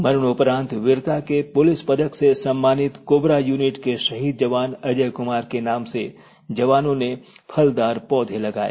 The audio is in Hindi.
मरणोंपरांत वीरता के पुलिस पदक से सम्मानित कोबरा युनिट के शहीद जवान अजय कुमार के नाम से जवानों ने फलदार पोंधे लगाए